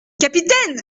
capitaine